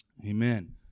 Amen